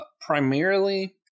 Primarily